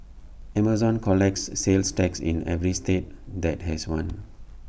Amazon collects sales tax in every state that has one